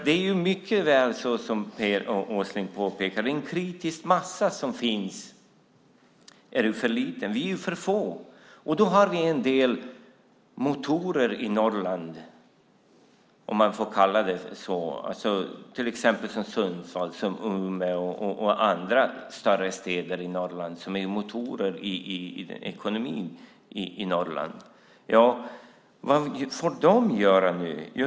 Det är som Per Åsling påpekade att den kritiska massa som finns är för liten. Vi är för få. Men vi har en del motorer, om man får kalla dem så, i Norrland. Sundsvall, Umeå och andra större städer är motorer i ekonomin i Norrland. Vad får de göra nu?